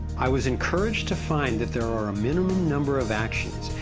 i was encouraged to find, that there are a minimum number of actions,